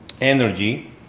energy